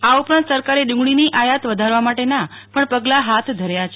આ ઉપરાંત સરકારે ડુંગળીની આયાત વધારવા માટેના પણ પગલા હાથ ધર્યા છે